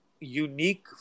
unique